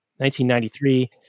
1993